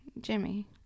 Jimmy